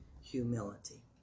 humility